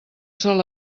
sol